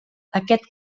aquest